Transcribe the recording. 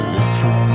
Listen